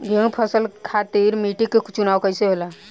गेंहू फसल खातिर मिट्टी के चुनाव कईसे होला?